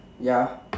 ya